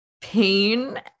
pain